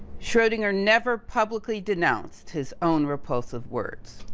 schrodinger never publicly denounced his own repulsive words.